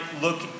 look